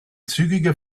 zügige